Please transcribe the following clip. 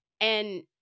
And-